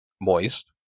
moist